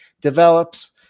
develops